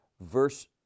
verse